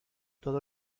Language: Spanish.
todo